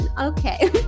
Okay